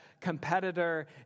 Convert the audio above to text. competitor